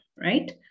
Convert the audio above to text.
right